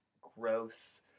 gross